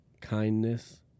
kindness